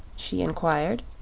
she inquired.